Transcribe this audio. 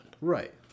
Right